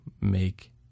make